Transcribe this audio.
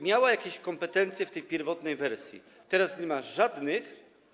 miała jakieś kompetencje w tej pierwotnej wersji, teraz nie ma żadnych.